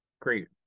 great